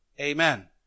Amen